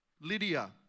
Lydia